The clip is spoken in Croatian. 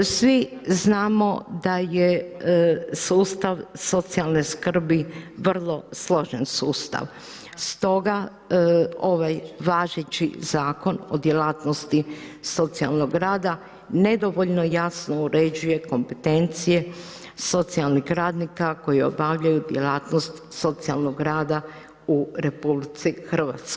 Svi znamo da je sustav socijalne skrbi vrlo složen sustav stoga ovaj važeći Zakon o djelatnosti socijalnog rada nedovoljno jasno uređuje kompetencije socijalnih radnika koji obavljaju djelatnost socijalnog rada u RH.